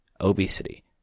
Obesity